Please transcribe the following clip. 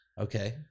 Okay